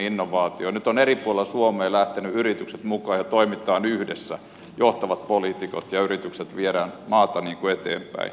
nyt ovat eri puolilla suomea lähteneet yritykset mukaan ja toimitaan yhdessä johtavat poliitikot ja yritykset viedään maata eteenpäin